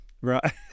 Right